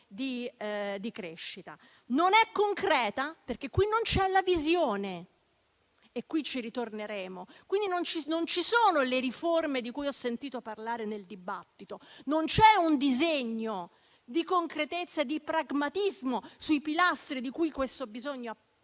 di crescita. Non è concreta, perché non c'è la visione - e su questo ci ritorneremo - e quindi non ci sono le riforme di cui ho sentito parlare nel dibattito. Non c'è un disegno di concretezza e di pragmatismo sui pilastri di cui questo Paese